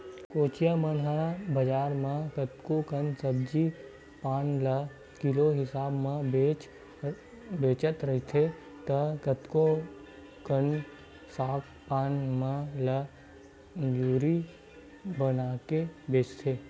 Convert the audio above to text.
कोचिया मन ह बजार त कतको कन सब्जी पान ल किलो हिसाब म बेचत रहिथे त कतको कन साग पान मन ल जूरी बनाके बेंचथे